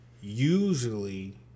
Usually